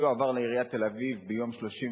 הסיוע עבר לעיריית תל-אביב ביום 31